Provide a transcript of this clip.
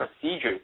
procedure